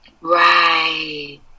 Right